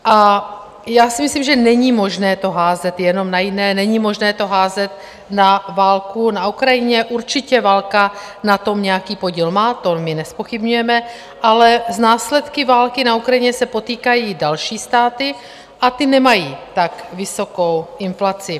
A já si myslím, že není možné to házet jenom na jiné, není možné to házet na válku na Ukrajině určitě válka na tom nějaký podíl má, to my nezpochybňujeme, ale s následky války na Ukrajině se potýkají i další státy a ty nemají tak vysokou inflaci.